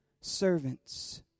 servants